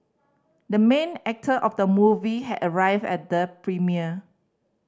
the main actor of the movie has arrived at the premiere